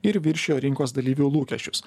ir viršijo rinkos dalyvių lūkesčius